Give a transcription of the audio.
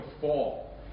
fall